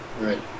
Right